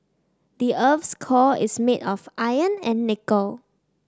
the earth's core is made of iron and nickel